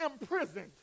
imprisoned